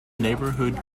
neighbourhood